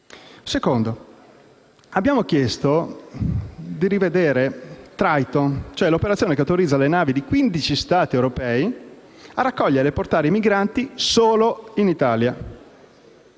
luogo, abbiamo chiesto di rivedere Triton, l'operazione che autorizza le navi di 15 Stati europei a raccogliere e portare i migranti solo in Italia.